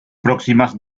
próximas